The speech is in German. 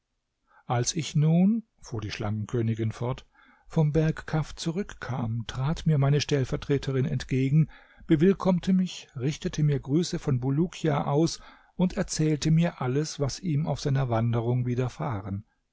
als ich nun fuhr die schlangenkönigin fort vom berg kaf zurückkam trat mir meine stellvertreterin entgegen bewillkommte mich richtete mir grüße von bulukia aus und erzählte mir alles was ihm auf seiner wanderung widerfahren